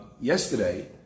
yesterday